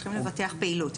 הם צריכים לבטח פעילות.